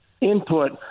input